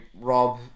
rob